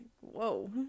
Whoa